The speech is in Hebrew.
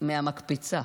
מהמקפצה.